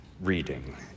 reading